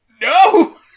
No